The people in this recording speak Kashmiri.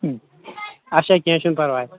اَچھا کینٛہہ چھُنہٕ پَرواے